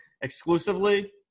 exclusively